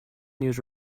news